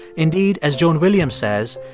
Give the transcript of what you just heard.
indeed, as joan williams says,